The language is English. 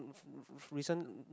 recent